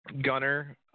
Gunner